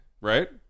Right